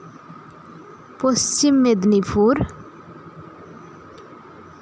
Paschim Medinipur